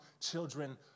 children